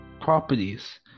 properties